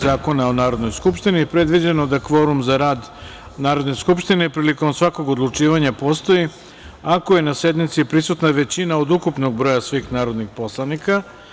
Zakona o Narodnoj skupštini predviđeno da kvorum za rad Narodne skupštine prilikom svakog odlučivanja postoji ako je na sednici prisutna većina od ukupnog broja svih narodnih poslanika.